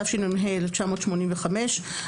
תשמ"ה-1985,